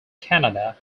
canada